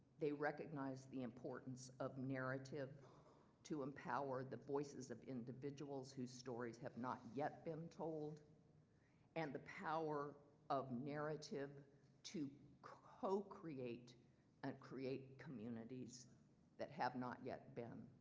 they recognize the importance of narrative to empower the voices of individuals whose stories have not yet been told and the power of narrative to co-create and create communities that have not yet been.